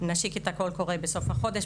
וכרגע הכל נופל על המועצה,